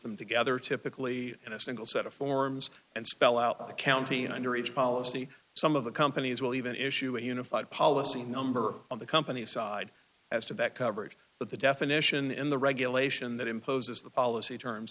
them together typically in a single set of forms and spell out a county an underage policy some of the companies will even issue a unified policy number on the company side as to that coverage but the definition in the regulation that imposes the policy terms